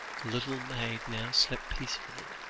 little maid now slept peacefully,